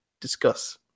discuss